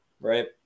right